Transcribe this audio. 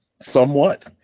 somewhat